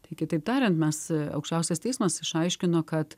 tai kitaip tariant mes aukščiausias teismas išaiškino kad